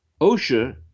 OSHA